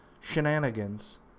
shenanigans